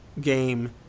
game